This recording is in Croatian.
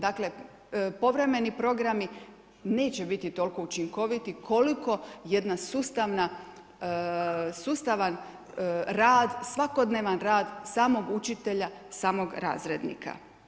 Dakle, povremeni programi neće biti toliko učinkoviti koliko jedan sustavan rad, svakodnevan rad samog učitelja, samog razrednika.